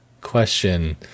question